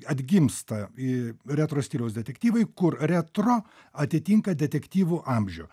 atgimsta į retro stiliaus detektyvai kur retro atitinka detektyvų amžių